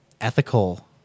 ethical